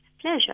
pleasure